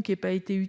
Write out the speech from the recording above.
ne l'aient pas été !